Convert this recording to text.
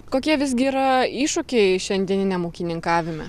kokie visgi yra iššūkiai šiandieniniam ūkininkavime